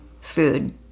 food